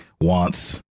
wants